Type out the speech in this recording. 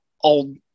old